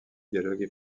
dialogue